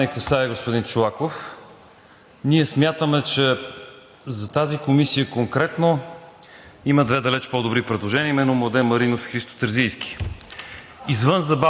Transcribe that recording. това не касае господин Чолаков. Ние смятаме, че за тази комисия конкретно има две далеч по-добри предложения, а именно: Младен Маринов и Христо Терзийски.